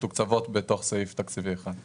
שהן מתוקצבות בתוך סעיף תקציבי אחד.